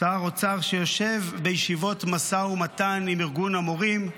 שר אוצר שיושב בישיבות משא ומתן עם ארגון המורים,